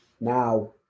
now